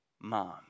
mom